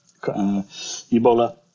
Ebola